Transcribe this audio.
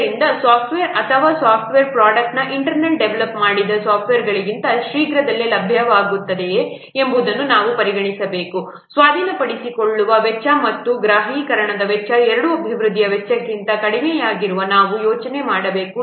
ಆದ್ದರಿಂದ ಸಾಫ್ಟ್ವೇರ್ ಅಥವಾ software product internal develop ಮಾಡಿದ ಸಾಫ್ಟ್ವೇರ್ಗಿಂತ ಶೀಘ್ರದಲ್ಲೇ ಲಭ್ಯವಾಗುತ್ತದೆಯೇ ಎಂಬುದನ್ನು ನಾವು ಪರಿಗಣಿಸಬೇಕು ಸ್ವಾಧೀನಪಡಿಸಿಕೊಳ್ಳುವ ವೆಚ್ಚ ಮತ್ತು ಗ್ರಾಹಕೀಕರಣದ ವೆಚ್ಚ ಎರಡೂ ಅಭಿವೃದ್ಧಿಯ ವೆಚ್ಚಕ್ಕಿಂತ ಕಡಿಮೆಯಿರುವಾಗ ನಾವು ಯೋಚಿಸಬೇಕು